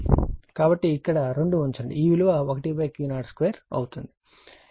కాబట్టి ఇక్కడ 2 ఉంచండి ఈ విలువ 1 Q02 అవుతుంది